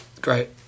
Great